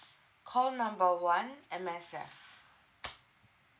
call number one M_S_F